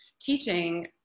teaching